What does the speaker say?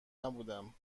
نبودم